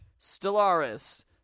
Stellaris